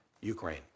Ukraine